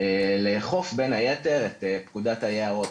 לאכוף בין היתר את פקודת היערות.